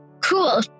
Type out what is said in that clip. cool